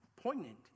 poignant